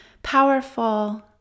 Powerful